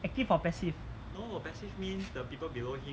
active or passive